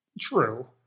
True